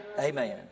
Amen